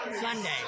Sunday